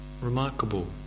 remarkable